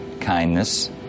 kindness